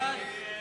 הצעת